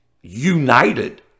united